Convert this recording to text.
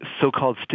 so-called